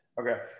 Okay